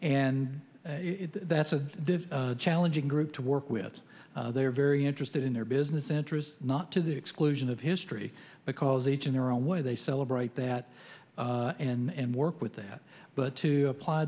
and that's a challenging group to work with they're very interested in their business interests not to the exclusion of history because each in their own way they celebrate that and work with that but to apply